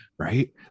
right